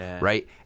right